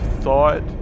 thought